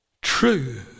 true